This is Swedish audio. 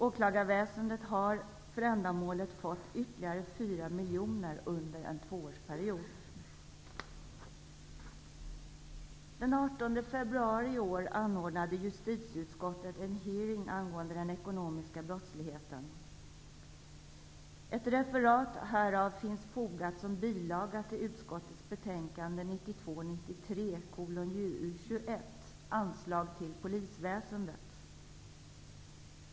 Åklagarväsendet har för ändamålet fått ytterligare 4 miljoner kronor per år under en tvåårsperiod. Anslag till polisväsendet.